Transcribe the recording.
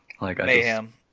Mayhem